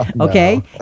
okay